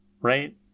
Right